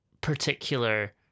particular